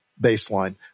baseline